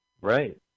right